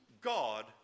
God